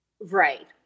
Right